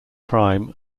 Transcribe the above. crime